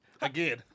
Again